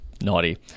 naughty